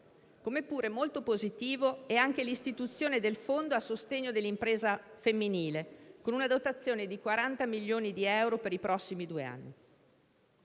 Pure è molto positiva l'istituzione del Fondo a sostegno dell'impresa femminile, con una dotazione di 40 milioni di euro per i prossimi due anni.